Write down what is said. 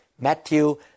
Matthew